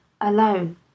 alone